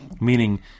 Meaning